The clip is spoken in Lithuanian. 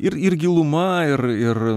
ir ir giluma ir ir